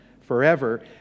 forever